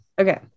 Okay